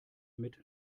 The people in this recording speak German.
mit